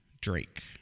Drake